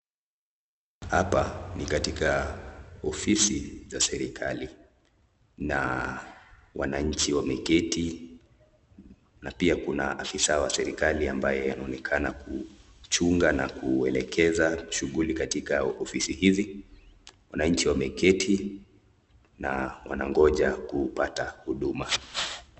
Hapa ni katika ofisi za serikali, na wananchi wameketi na pia kuna afisa wa serikali ambaye anaonekana kuchunga na kuelekeza shughuli katika ofisi hizi, wananchi wameketi na wanangoja kupata huduma.